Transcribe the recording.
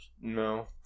No